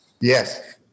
Yes